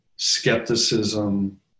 Skepticism